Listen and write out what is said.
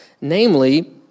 Namely